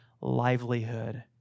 livelihood